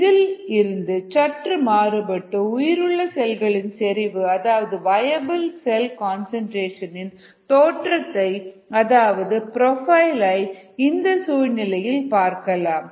இதில் இருந்து சற்று மாறுபட்டு உயிருள்ள செல்களின் செறிவு அதாவது வயபிள் செல் கன்சன்ட்ரேஷன் இன் தோற்றத்தை அதாவது ப்ரோபைல் ஐ இந்த சூழ்நிலையில் பார்க்கலாம்